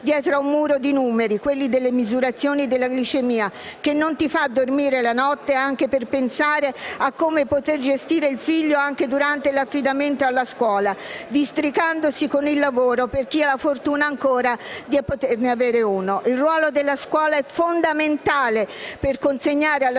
dietro ad un muro di numeri (quelli delle misurazioni della glicemia e delle dosi di insulina), che non ti fa dormire la notte anche per pensare a come poter gestire il figlio anche durante l'affidamento alla scuola, districandosi con il lavoro, per chi ha la fortuna ancora di averne uno. Il ruolo della scuola è fondamentale per consegnare alla